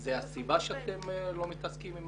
זו הסיבה שאתם לא מתעסקים עם